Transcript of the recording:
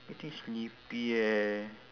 getting sleepy eh